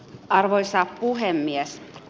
arvoisa puhemies